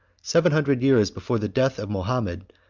seven hundred years before the death of mahomet,